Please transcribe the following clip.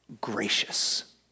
gracious